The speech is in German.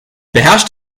beherrscht